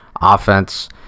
offense